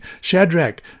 Shadrach